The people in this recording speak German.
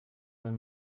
wenn